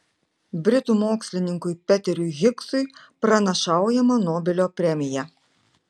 britų mokslininkui peteriui higsui pranašaujama nobelio premija